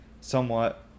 somewhat